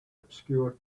obscure